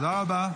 תודה רבה.